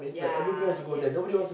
yeah yes yes